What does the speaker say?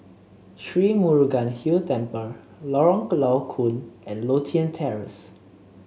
Sri Murugan Hill Temple Lorong Low Koon and Lothian Terrace